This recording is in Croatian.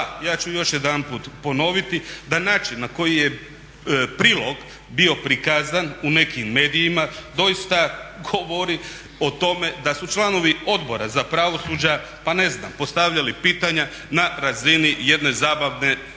ja ću još jedanput ponoviti da način na koji je prilog bio prikazan u nekim medijima doista govori o tome da su članovi Odbora za pravosuđe postavljali pitanja na razini jedne zabavne piramide.